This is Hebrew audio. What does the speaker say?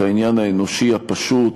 את העניין האנושי הפשוט,